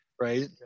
right